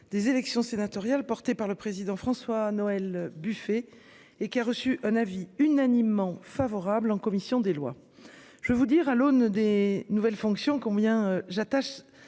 des élections sénatoriales, porté par le président François Noël Buffet et qui a reçu un avis unanimement favorable en commission des lois. Je vais vous dire à l'aune des nouvelles fonctions combien j'attache